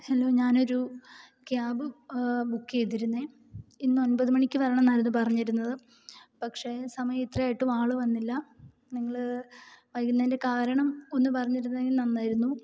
hello ഞാനൊരു cab book ചെയ്തിരുന്നെ ഇന്ന് ഒൻപത് മണിക്ക് വരണമെന്നായിരുന്നു പറഞ്ഞിരുന്നത് പക്ഷേ സമയം ഇത്രയായിട്ടും ആള് വന്നില്ല നിങ്ങള് വൈകുന്നതിൻ്റെ കാരണം ഒന്ന് പറഞ്ഞിരുന്നെങ്കിൽ നന്നായിരുന്നു